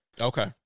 Okay